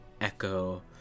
echo